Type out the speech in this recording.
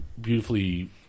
beautifully